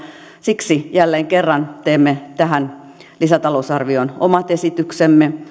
siksi jälleen kerran teemme tähän lisätalousarvioon omat esityksemme